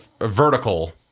vertical